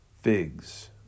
Figs